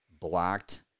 blocked